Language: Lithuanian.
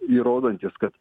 įrodantys kad